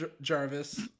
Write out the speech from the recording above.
jarvis